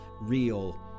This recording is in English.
real